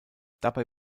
dabei